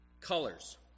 colors